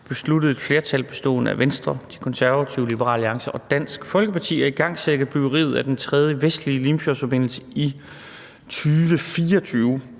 besluttede et flertal bestående af Venstre, Konservative, Liberal Alliance og Dansk Folkeparti at igangsætte byggeriet af den tredje vestlige Limfjordsforbindelse i 2024.